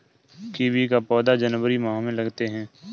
kiwi का पौधा जनवरी माह में लगाते हैं